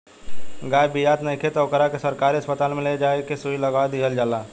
गाय बियात नइखे त ओकरा के सरकारी अस्पताल में ले जा के सुई लगवा दीहल जाला